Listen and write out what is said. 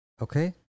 Okay